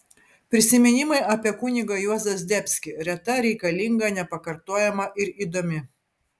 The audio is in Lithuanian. prisiminimai apie kunigą juozą zdebskį reta reikalinga nepakartojama ir įdomi